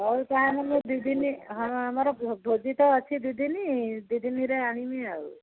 ହଉ ତା'ହେଲେ ମୁଁ ଦୁଇ ଦିନ ହଁ ଆମର ଭୋଜି ତ ଅଛି ଦୁଇ ଦିନ ଦୁଇ ଦିନରେ ଆଣମି ଆଉ